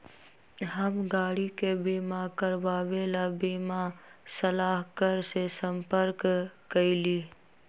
हम गाड़ी के बीमा करवावे ला बीमा सलाहकर से संपर्क कइली